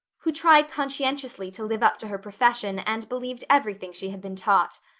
who tried conscientiously to live up to her profession and believed everything she had been taught.